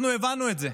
אנחנו הבנו את זה,